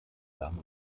damen